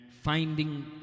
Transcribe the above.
finding